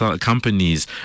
companies